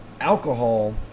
alcohol